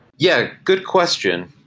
yeah, good question.